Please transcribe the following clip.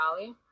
Valley